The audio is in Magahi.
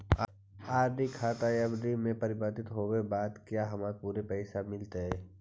आर.डी खाता एफ.डी में परिवर्तित होवे के बाद क्या हमारा पूरे पैसे मिलतई